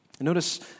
Notice